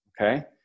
Okay